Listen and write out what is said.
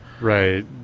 Right